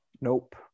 nope